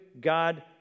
God